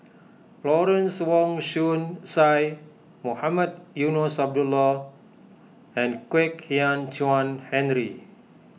Lawrence Wong Shyun Tsai Mohamed Eunos Abdullah and Kwek Hian Chuan Henry